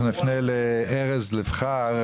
אנחנו נפנה לארז לבחר,